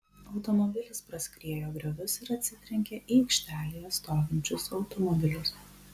automobilis praskriejo griovius ir atsitrenkė į aikštelėje stovinčius automobilius